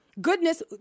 Goodness